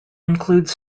includes